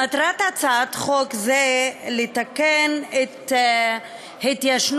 מטרת הצעת חוק זו לתקן את התיישנות